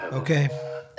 Okay